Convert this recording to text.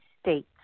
States